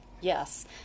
Yes